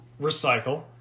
recycle